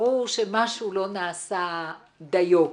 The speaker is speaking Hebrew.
ברור שמשהו לא נעשה דיו.